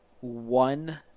one